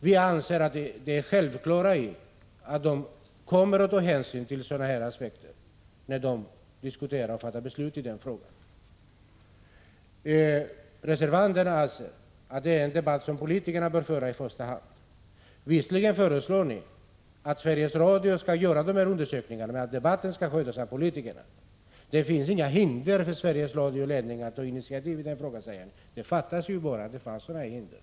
Vi anser att det är självklart att den kommer att ta hänsyn till sådana aspekter när den diskuterar och fattar beslut i frågan. Reservanterna däremot anser att det här är en debatt som i första hand Prot. 1985/86:160 politikerna bör föra. Visserligen föreslår ni att Sveriges Radio skall göra — 3 juni 1986 undersökningarna, men ni anser att debatten skall föras av politikerna. Det finns inga hinder för Sveriges Radios ledning att ta initiativ i frågan, säger ni. Fattas bara att det skulle finnas sådana hinder!